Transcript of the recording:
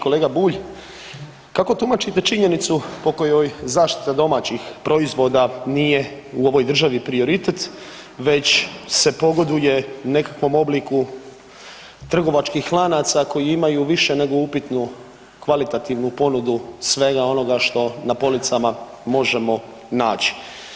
Kolega Bulj, kako tumačite činjenicu po kojoj zaštita domaćih proizvoda nije u ovoj državi prioritet već se pogoduje nekakvom obliku trgovačkih lanaca koji imaju više nego upitnu kvalitativnu ponudu svega onoga što na policama možemo naći.